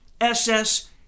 SS